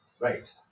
right